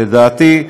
לדעתי,